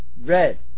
red